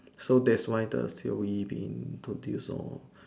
so that's why the C_O_E didn't do these all